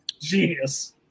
genius